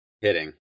hitting